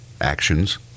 actions